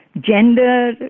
Gender